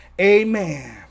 Amen